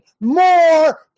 more